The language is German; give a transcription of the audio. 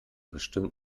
bestimmt